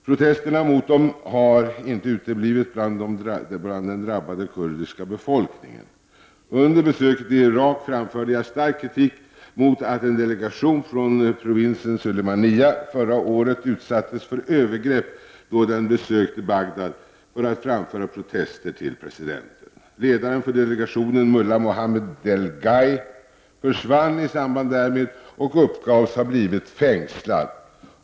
Protesterna mot dem har inte uteblivit bland den drabbade kurdiska befolkningen. Under besöket i Irak framförde jag stark kritik mot att en delegation från provinsen Sulemania förra året utsattes för övergrepp då den besökte Bagdad för att framföra protester till presidenten. Ledaren för delegationen, Mulla Mohammed Delgaii, försvann i samband därmed och uppgavs ha blivit fängslad.